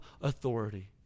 authority